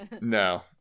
No